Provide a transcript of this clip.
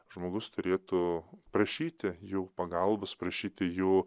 žmogus turėtų prašyti jų pagalbos prašyti jų